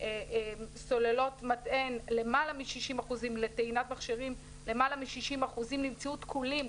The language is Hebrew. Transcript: סוללות מטען לטעינת מכשירים למעלה מ-60% נמצאו תקולים,